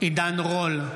עידן רול,